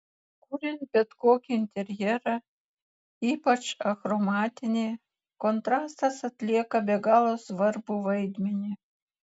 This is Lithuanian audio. kuriant bet kokį interjerą ypač achromatinį kontrastas atlieka be galo svarbų vaidmenį